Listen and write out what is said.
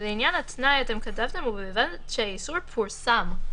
לעניין התנאי אתם כתבתם: "ובלבד שהאיסור פורסם".